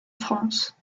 france